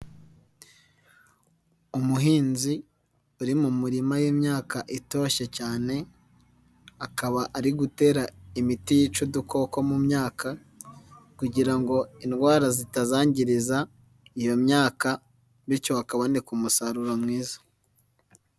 Umuhinzi uri mu murima w'imyaka itoshye cyane akaba ari gutera imiti yica udukoko mu myaka kugira ngo indwara zitazangiriza iyo myaka bityo hakaboneka umusaruro mwiza.